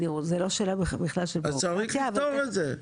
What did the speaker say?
אז צריך לפתור את זה.